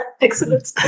Excellent